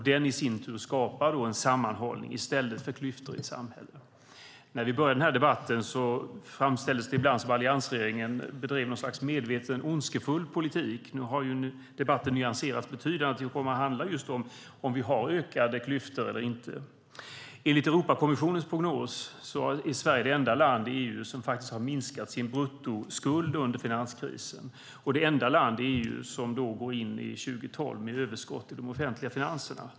Den skapar sammanhållning i stället för klyftor i samhället. När vi började den här debatten framställdes det ibland som om alliansregeringen bedrev en medvetet ondskefull politik. Nu har debatten nyanserats och handlar just om huruvida vi har ökade klyftor eller inte. Enligt Europakommissionens prognos är Sverige det enda land i EU som har minskat sin bruttoskuld under finanskrisen och det enda land i EU som går in i 2012 med överskott i de offentliga finanserna.